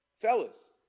fellas